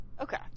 Okay